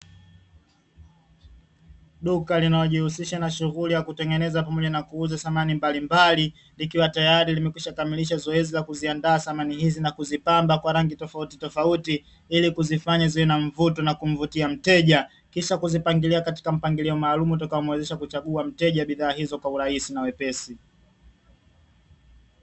Duka linalojihusisha na shunghuli za kutengeneza pamoja na kuuza samani mbalimbali, likiwa tayari limekwisha kamilisha zoezi la kuandaa samani hizi na kuzipamba kwa rangi tofautitofauti, ili kuzifanya ziwe na mvuto na kumvutia mteja, kisha kuzipangilia katika mpangilio maalumu utakao muwezesha kuchagua mteja bidhaa hizo kwa urahisi na wepesi.